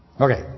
Okay